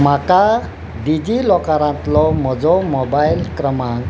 म्हाका डिजिलॉकरांतलो म्हजो मोबायल क्रमांक